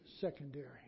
secondary